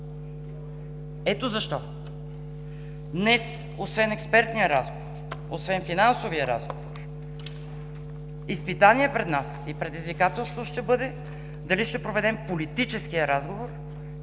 Ето защо днес, освен експертния разговор, освен финансовия разговор, изпитание и предизвикателство ще бъде пред нас: дали ще проведем политическия разговор